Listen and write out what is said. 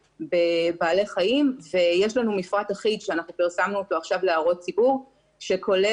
בבעלי חיים ויש לנו מפרט אחיד שפרסמנו עכשיו להערות הציבור שכולל